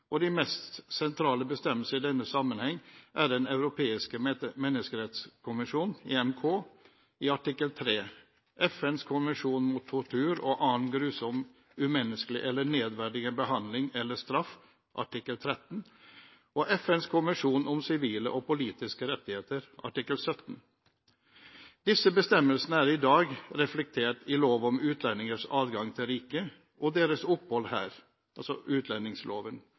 og de mest sentrale bestemmelsene i denne sammenheng er Den europeiske menneskerettskonvensjonen, EMK, artikkel 3, FNs konvensjon mot tortur og annen grusom, umenneskelig eller nedverdigende behandling eller straff artikkel 13 og FNs konvensjon om sivile og politiske rettigheter artikkel 17. Disse bestemmelsene er i dag reflektert i lov om utlendingers adgang til riket og deres opphold her, utlendingsloven,